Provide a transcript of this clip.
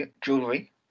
jewelry